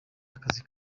akazi